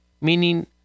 meaning